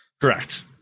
Correct